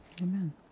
Amen